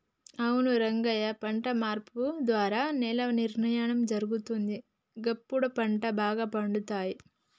అవును రంగయ్య పంట మార్పు ద్వారా నేల నిర్వహణ జరుగుతుంది, గప్పుడు పంటలు బాగా పండుతాయి